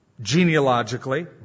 genealogically